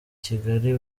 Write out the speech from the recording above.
kigali